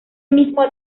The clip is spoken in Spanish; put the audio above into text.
mismo